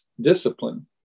discipline